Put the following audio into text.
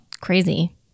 Crazy